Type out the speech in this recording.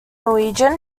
norwegian